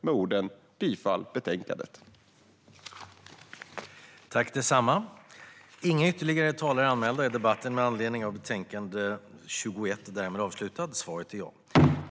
Jag yrkar bifall till utskottets förslag.